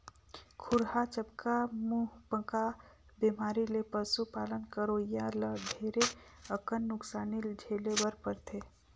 खुरहा चपका, मुहंपका बेमारी ले पसु पालन करोइया ल ढेरे अकन नुकसानी झेले बर परथे